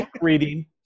reading